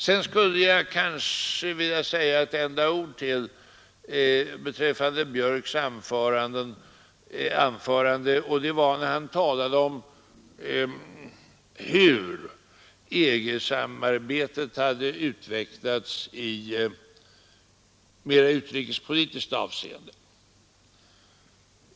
Sedan skulle jag med några ord till vilja beröra herr Björks anförande, nämligen den del där han talade om hur EG-samarbetet hade utvecklats i mer utrikespolitiskt avseende.